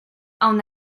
aun